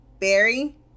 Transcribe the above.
Barry